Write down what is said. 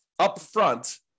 upfront